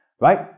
right